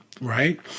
right